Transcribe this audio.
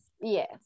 yes